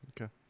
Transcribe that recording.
Okay